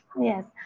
Yes